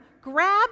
grab